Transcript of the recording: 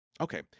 Okay